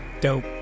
Dope